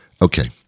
Okay